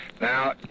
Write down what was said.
Now